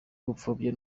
gupfobya